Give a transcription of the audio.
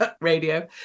radio